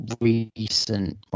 recent